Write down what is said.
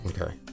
Okay